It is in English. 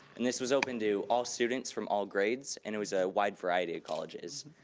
and this was open to all students from all grades, and it was a wide variety of colleges.